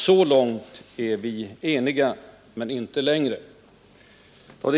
Så långt är vi eniga, men inte längre.